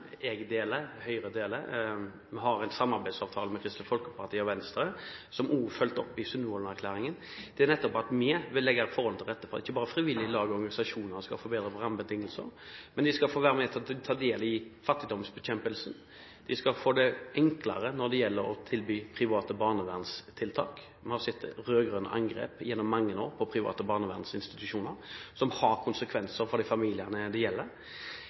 jeg og Høyre deler. Vi har en samarbeidsavtale med Kristelig Folkeparti og Venstre, som også er fulgt opp i Sundvolden-erklæringen, der vi nettopp vil legge forholdene til rette, ikke bare for at frivillige lag og organisasjoner skal få bedre rammebetingelser, men for at de skal få være med på å ta del i fattigdomsbekjempelsen, og de skal få det enklere når det gjelder å tilby private barnevernstiltak. Vi har sett rød-grønne angrep gjennom mange år på private barnevernsinstitusjoner som har hatt konsekvenser for de familiene det gjelder.